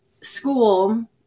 school